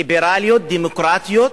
ליברליות, דמוקרטיות,